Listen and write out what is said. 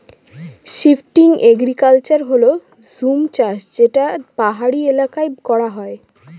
shifting agriculture হল জুম চাষ যেটা পাহাড়ি এলাকায় করা হয়